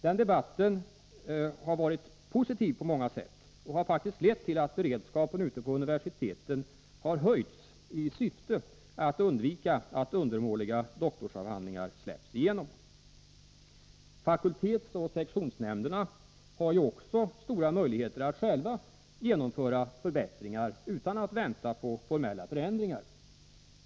Den debatten har varit positiv på många sätt och har faktiskt lett till att beredskapen ute på universiteten för att undvika att undermåliga doktorsavhandlingar släpps igenom har höjts. Fakultetsoch sektionsnämnderna har ju stora möjligheter att själva genomföra förbättringar utan att vänta på formella förändringar.